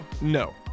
No